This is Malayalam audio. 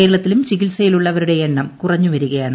കേരള ത്തിലും ചികിത്സയിലുള്ളവരുടെ എണ്ണം കുറഞ്ഞു വരികയാണ്